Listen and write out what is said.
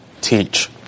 teach